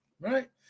right